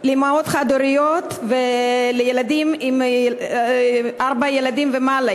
לאימהות חד-הוריות במשפחות עם ארבעה ילדים ומעלה,